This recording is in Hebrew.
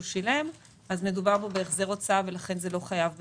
שילם אז מדובר בהחזר הוצאה ולכן זה לא חייב במס.